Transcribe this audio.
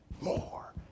more